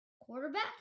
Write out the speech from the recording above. quarterback